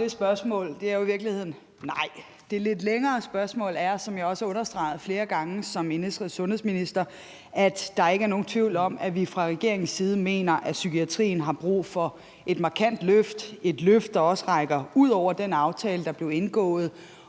det spørgsmål er jo i virkeligheden nej. Det lidt længere svar er, som jeg også har understreget flere gange som indenrigs- og sundhedsminister, at der ikke er nogen tvivl om, at vi fra regeringens side mener, at psykiatrien har brug for et markant løft – et løft, der også rækker ud over den aftale, der blev indgået